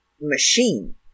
machine